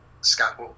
scott